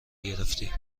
گرفتی